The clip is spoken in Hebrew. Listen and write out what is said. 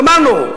גמרנו,